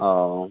ও